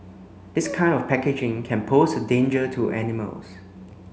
this kind of packaging can pose a danger to animals